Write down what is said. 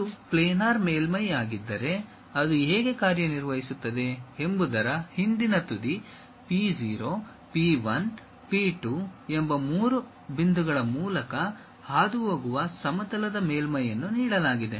ಇದು ಪ್ಲೇನಾರ್ ಮೇಲ್ಮೈಯಾಗಿದ್ದರೆ ಅದು ಹೇಗೆ ಕಾರ್ಯನಿರ್ವಹಿಸುತ್ತದೆ ಎಂಬುದರ ಹಿಂದಿನ ತುದಿ P 0 P 1 P 2 ಎಂಬ ಮೂರು ಬಿಂದುಗಳ ಮೂಲಕ ಹಾದುಹೋಗುವ ಸಮತಲದ ಮೇಲ್ಮೈಯನ್ನು ನೀಡಲಾಗಿದೆ